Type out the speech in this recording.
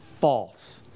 false